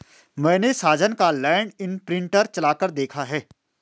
मैने साजन का लैंड इंप्रिंटर चलाकर देखा है